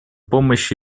помощи